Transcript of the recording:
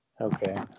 Okay